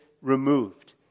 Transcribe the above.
removed